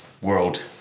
world